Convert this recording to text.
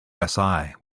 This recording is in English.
rsi